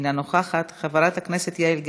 אינה נוכחת, חברת הכנסת יעל גרמן,